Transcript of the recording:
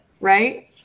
right